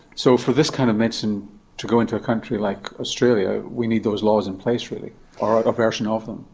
so for this kind of medicine to go into a country like australia we need those laws in place, really, or a version of them.